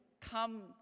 come